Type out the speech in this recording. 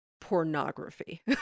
pornography